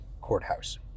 Courthouse